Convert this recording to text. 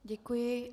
Děkuji.